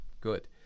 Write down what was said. Good